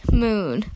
moon